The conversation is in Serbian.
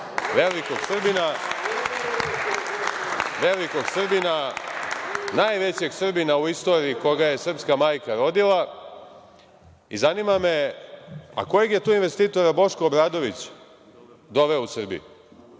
velikog Srbina, najvećeg Srbina u istoriji koga je srpska majka rodila, i zanima me kojeg je to investitora Boško Obradović doveo u